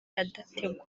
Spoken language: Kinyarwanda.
adategwa